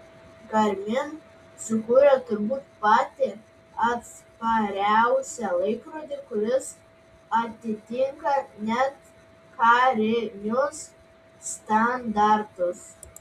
garmin sukūrė turbūt patį atspariausią laikrodį kuris atitinka net karinius standartus